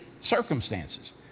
circumstances